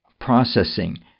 processing